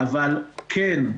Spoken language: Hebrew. אבל כן,